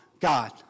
God